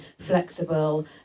flexible